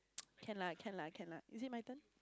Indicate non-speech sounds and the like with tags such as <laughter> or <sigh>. <noise> can lah can lah can lah is it my turn